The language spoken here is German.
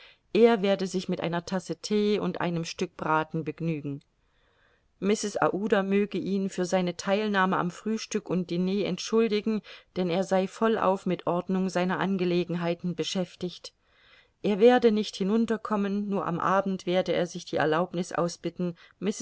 er werde sich mit einer tasse thee und einem stück braten begnügen mrs aouda möge ihn für seine theilnahme am frühstück und diner entschuldigen denn er sei vollauf mit ordnung seiner angelegenheiten beschäftigt er werde nicht hinunter kommen nur am abend werde er sich die erlaubniß ausbitten